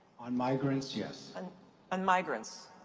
on migrants, yes. and on migrants.